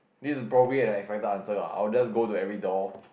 this is probably the expected answer lah I'll just go to every door